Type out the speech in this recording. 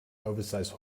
oversize